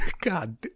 God